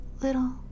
little